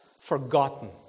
Forgotten